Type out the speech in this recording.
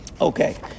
Okay